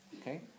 Okay